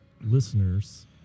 listeners